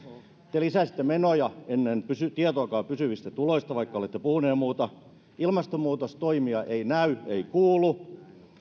te lisäsitte menoja ennen tietoakaan pysyvistä tuloista vaikka olette puhuneet jo muuta ilmastonmuutostoimia ei näy ei kuulu